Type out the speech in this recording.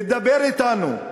תדבר אתנו.